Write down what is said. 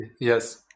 yes